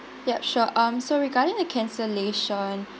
ya sure um so regarding the cancellation